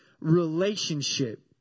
relationship